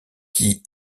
qui